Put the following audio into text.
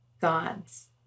gods